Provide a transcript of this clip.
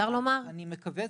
אני מקווה.